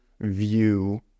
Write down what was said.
view